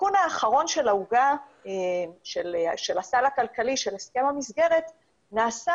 התיקון האחרון של הסל הכלכלי של הסכם המסגרת נעשה